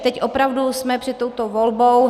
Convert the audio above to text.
Teď opravdu jsme před touto volbou.